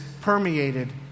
permeated